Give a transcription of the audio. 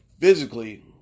physically